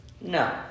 No